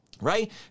right